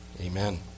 amen